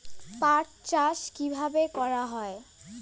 পাট চাষ কীভাবে করা হয়?